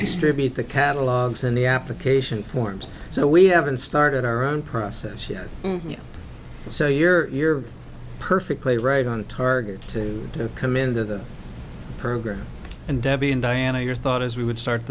distribute the catalogs and the application forms so we haven't started our own process yet so you're perfectly right on target to come into the program and debbie and diana your thought as we would start